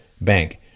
Bank